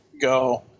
go